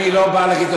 אני לא בא להגיד,